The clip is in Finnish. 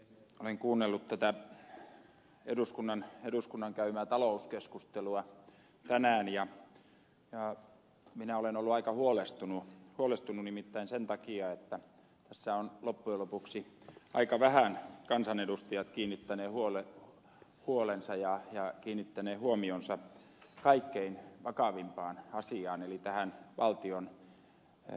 olen kuunnellut tätä eduskunnan käymää talouskeskustelua tänään ja olen ollut aika huolestunut sen takia että tässä ovat loppujen lopuksi aika vähän kansanedustajat kiinnittäneet huolensa ja huomionsa kaikkein vakavimpaan asiaan eli tähän valtion velkaantumiseen